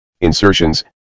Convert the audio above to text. insertions